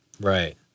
Right